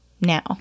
now